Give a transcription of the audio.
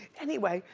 anyway,